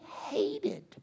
hated